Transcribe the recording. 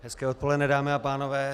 Hezké odpoledne, dámy a pánové.